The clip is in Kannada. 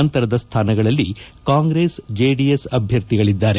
ನಂತರದ ಸ್ಥಾನಗಳಲ್ಲಿ ಕಾಂಗ್ರೆಸ್ ಜೆಡಿಎಸ್ ಅಭ್ಯರ್ಥಿಗಳಿದ್ದಾರೆ